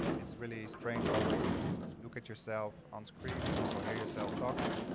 it's really strange always to look at yourself on screen and also hear yourself talking.